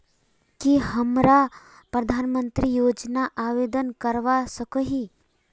की हमरा प्रधानमंत्री योजना आवेदन करवा सकोही?